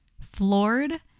floored